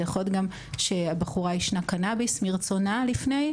זה יכול להיות גם שהבחורה עישנה קנאביס מרצונה לפני,